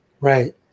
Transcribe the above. Right